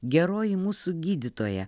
geroji mūsų gydytoja